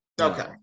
Okay